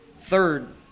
Third